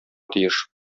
тиеш